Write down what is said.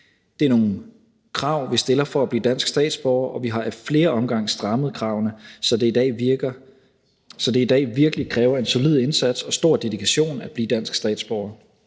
Det er nogle krav, vi stiller, for at blive dansk statsborger, og vi har ad flere omgange strammet kravene, så det i dag virkelig kræver en solid indsats og stor dedikation at blive dansk statsborger.